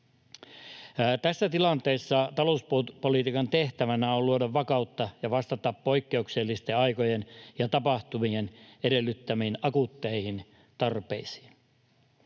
Tässä tilanteessa talouspolitiikan tehtävänä on luoda vakautta ja vastata poikkeuksellisten aikojen ja tapahtumien edellyttämiin akuutteihin tarpeisiin.